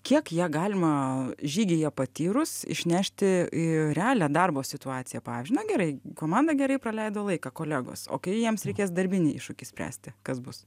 kiek ją galima žygyje patyrus išnešti į realią darbo situaciją pavyzdžiui na gerai komanda gerai praleido laiką kolegos o kai jiems reikės darbinį iššūkį spręsti kas bus